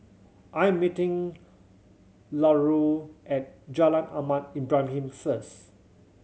I'm meeting Larue at Jalan Ahmad Ibrahim first